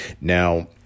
Now